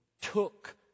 took